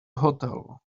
hotel